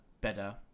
better